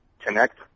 connect